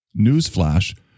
newsflash